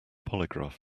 polygraph